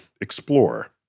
explore